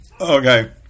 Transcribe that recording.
Okay